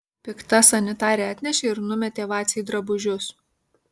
pikta sanitarė atnešė ir numetė vacei drabužius